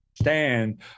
stand